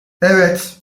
evet